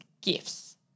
gifts